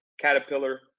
Caterpillar